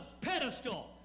pedestal